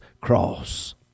cross